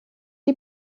die